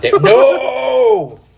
No